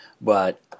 but-